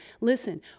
Listen